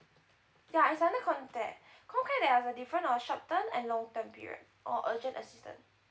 ya is under contact co care the have a different of short term or long term period or urgent assistance